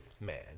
man